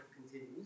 continues